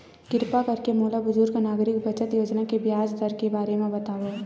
किरपा करके मोला बुजुर्ग नागरिक बचत योजना के ब्याज दर के बारे मा बतावव